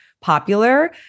popular